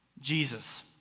Jesus